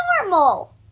normal